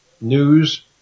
news